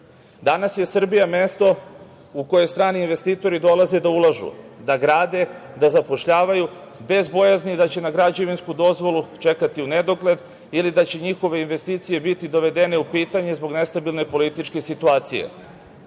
je Srbija mesto u kojoj strani investitori dolaze da ulažu, da grade, da zapošljavaju bez bojazni da će na građevinsku dozvolu čekati u nedogled ili da će njihove investicije biti dovedene u pitanje zbog nestabilne političke situacije,